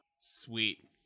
Sweet